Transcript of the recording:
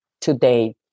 today